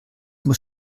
muss